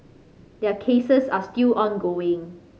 their cases are still ongoing